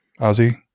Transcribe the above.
Ozzy